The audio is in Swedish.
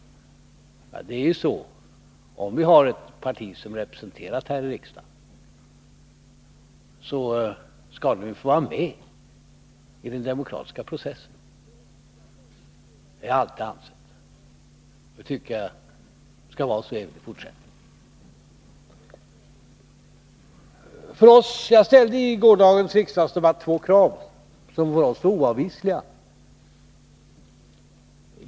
Det är ju så att har vi ett parti som är representerat här i riksdagen skall det få vara med i den demokratiska processen. Det har vi alltid ansett, och jag tycker att det skall vara så även i fortsättningen. Jag ställde i gårdagens riksdagsdebatt två krav som för oss var oavvisliga.